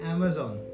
Amazon